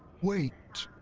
wait!